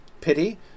pity